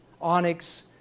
onyx